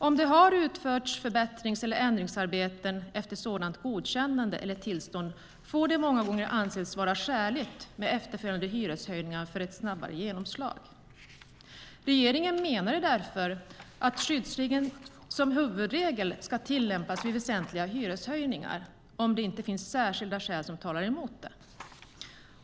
Om det har utförts förbättrings eller ändringsarbeten efter sådant godkännande eller tillstånd får det många gånger anses vara skäligt att efterföljande hyreshöjningar får ett snabbare genomslag. Regeringen menar därför att skyddsregeln som huvudregel ska tillämpas vid väsentliga hyreshöjningar om det inte finns särskilda skäl som talar emot det.